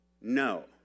No